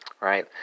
right